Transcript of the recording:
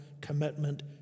commitment